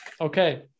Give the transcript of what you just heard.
Okay